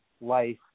life